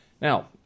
Now